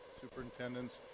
superintendents